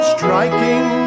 Striking